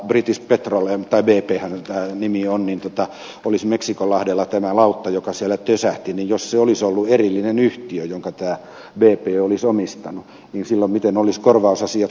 british petroleum tai bphän tämä nimi nyt on ja meksikonlahdella oli tämä lautta joka siellä tösähti niin jos se olisi ollut erillinen yhtiö jonka tämä bp olisi omistanut niin miten silloin olisivat korvausasiat menneet